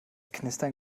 knistern